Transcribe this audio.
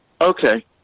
okay